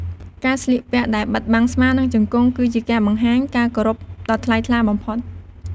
ការស្លៀកពាក់ដែល បិទបាំងស្មា និងជង្គង់ គឺជាការបង្ហាញការគោរពដ៏ថ្លៃថ្លាបំផុត។